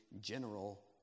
general